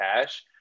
cash